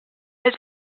his